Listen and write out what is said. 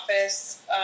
office